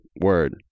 Word